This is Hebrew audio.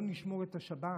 לא נשמור את השבת?